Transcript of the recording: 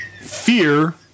fear